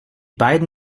beiden